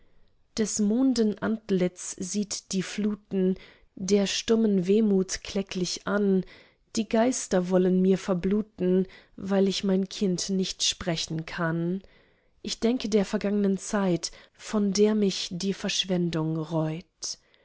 des monden antlitz sieht die fluten der stummen wehmut kläglich an die geister wollen mir verbluten weil ich mein kind nicht sprechen kann ich denke der vergangnen zeit von der mich die verschwendung reut